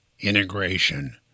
Integration